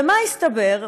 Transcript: ומה הסתבר?